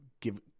give